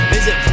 Visit